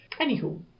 Anywho